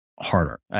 harder